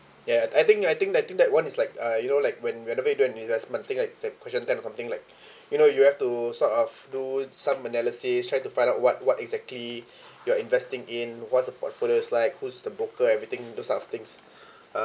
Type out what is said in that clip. ya I think I think I think that one is like uh you know like when we on the way do an investment things like s~ question kind of something like you know you have to sort of do some analysis try to find out what what exactly you're investing in what's the portfolio is like who's the broker everything those type of things um